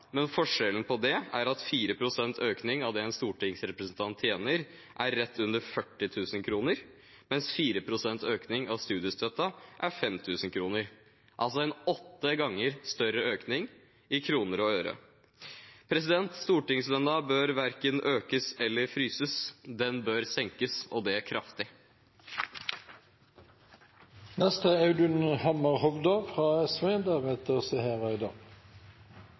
men forskjellen er at 4 pst. økning av det en stortingsrepresentant tjener, er rett under 40 000 kr, mens 4 pst. økning av studiestøtten er 5 000 kr. Det er altså en åtte ganger større økning i kroner og øre. Stortingslønnen bør verken økes eller fryses. Den bør senkes – og det kraftig. Hvor mye er tillit verdt? Den tillitskrisen som Stortinget står oppe i